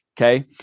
okay